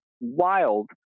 wild